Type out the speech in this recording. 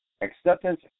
Acceptance